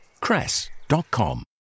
cress.com